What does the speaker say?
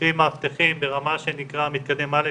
קרי מאבטחים ברמה שנקראת מתקדם א',